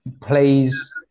plays